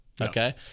okay